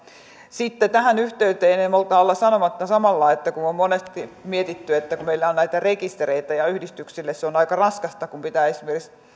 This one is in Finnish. sitten tähän yhteyteen en malta olla sanomatta samalla että kun on on monesti mietitty että kun meillä on näitä rekistereitä ja yhdistyksille se on aika raskasta kun pitää esimerkiksi